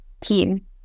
team